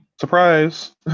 surprise